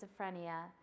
schizophrenia